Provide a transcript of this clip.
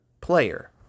player